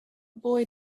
boy